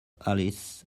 alice